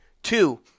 Two